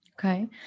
Okay